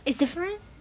it's different